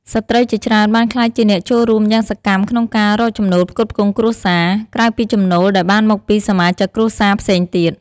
ស្ត្រីជាច្រើនបានក្លាយជាអ្នកចូលរួមយ៉ាងសកម្មក្នុងការរកចំណូលផ្គត់ផ្គង់គ្រួសារ ក្រៅពីចំណូលដែលបានមកពីសមាជិកគ្រួសារផ្សេងទៀត។